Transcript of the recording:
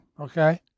okay